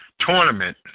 tournament